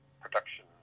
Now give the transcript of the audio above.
production